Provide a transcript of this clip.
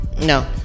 No